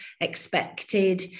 expected